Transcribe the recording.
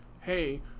hey